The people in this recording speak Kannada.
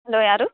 ಅಲೋ ಯಾರು